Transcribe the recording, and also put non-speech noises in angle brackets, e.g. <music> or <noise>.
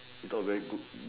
you thought very good <noise>